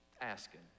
asking